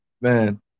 man